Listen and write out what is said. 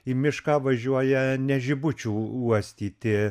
į mišką važiuoja ne žibučių uostyti